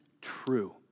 true